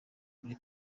muri